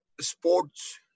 sports